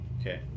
Okay